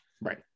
right